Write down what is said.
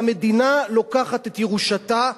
והמדינה לוקחת את ירושתה,